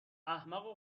احمق